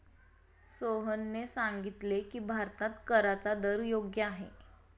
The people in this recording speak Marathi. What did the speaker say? सोहनने सांगितले की, भारतात कराचा दर योग्य आहे